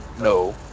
No